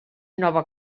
nova